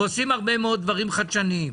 ועושים הרבה מאוד דברים חדשניים.